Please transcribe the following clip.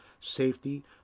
safety